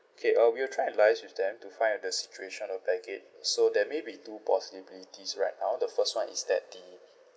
okay uh we'll try and liaise with them to find out the situation of baggage so there maybe two possibilities right now the first one is that the